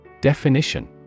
Definition